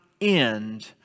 end